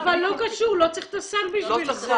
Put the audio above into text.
זה לא קשור, לא צריך את הסל בשביל זה.